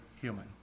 human